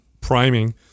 priming